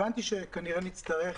הבנתי שכנראה נצטרך,